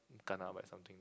kena by something